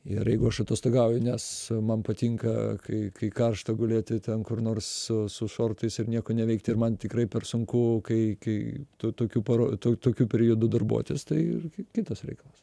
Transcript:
ir jeigu aš atostogauju nes man patinka kai kai karšta gulėti ten kur nors su šortais ir nieko neveikti ir man tikrai per sunku kai kai tu tokiu paro tokiu periodu darbuotis tai kitas reikalas